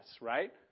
right